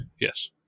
Yes